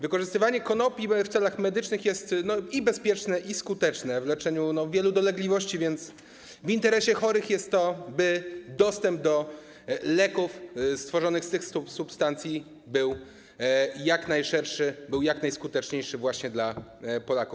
Wykorzystywanie konopi w celach medycznych jest i bezpieczne, i skuteczne w leczeniu wielu dolegliwości, więc w interesie chorych jest to, aby dostęp do leków stworzonych z tych substancji był jak najszerszy, aby było to jak najskuteczniejsze, właśnie dla Polaków.